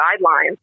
guidelines